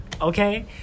Okay